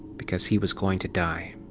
because he was going to die.